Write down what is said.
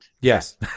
yes